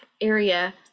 area